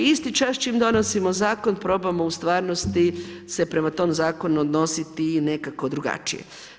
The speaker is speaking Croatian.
Isti čas, čim donosimo zakone, probamo u stvarnosti se prema tom zakonu odnositi nekako drugačije.